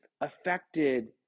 affected